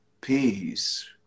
peace